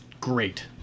great